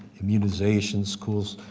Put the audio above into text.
immunizations, schools,